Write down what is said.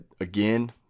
again